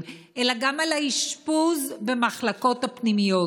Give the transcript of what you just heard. אלא גם על האשפוז במחלקות הפנימיות,